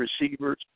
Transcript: receivers